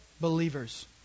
believers